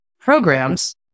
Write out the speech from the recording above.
programs